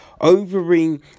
Overing